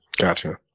Gotcha